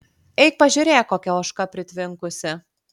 eik pažiūrėk kokia ožka pritvinkusi